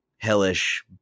hellish